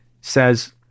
says